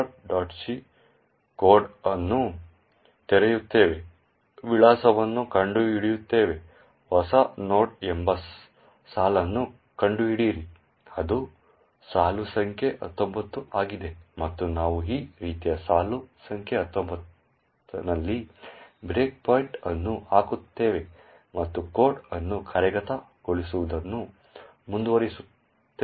c code ಅನ್ನು ತೆರೆಯುತ್ತೇವೆ ವಿಳಾಸವನ್ನು ಕಂಡುಹಿಡಿಯುತ್ತೇವೆ ಹೊಸ ನೋಡ್ ಎಂಬ ಸಾಲನ್ನು ಕಂಡುಹಿಡಿಯಿರಿ ಅದು ಸಾಲು ಸಂಖ್ಯೆ 19 ಆಗಿದೆ ಮತ್ತು ನಾವು ಈ ರೀತಿಯ ಸಾಲು ಸಂಖ್ಯೆ 19 ನಲ್ಲಿ ಬ್ರೇಕ್ಪಾಯಿಂಟ್ ಅನ್ನು ಹಾಕುತ್ತೇವೆ ಮತ್ತು ಕೋಡ್ ಅನ್ನು ಕಾರ್ಯಗತಗೊಳಿಸುವುದನ್ನು ಮುಂದುವರಿಸುತ್ತೇವೆ